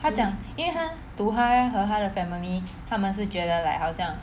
她讲因为她 to 她和她的 family 她们是觉得 like 好像